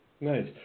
Nice